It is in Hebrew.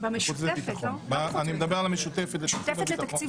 במשותפת לתקציב